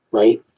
right